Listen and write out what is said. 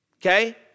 okay